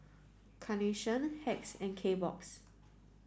Carnation Hacks and Kbox